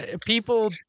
people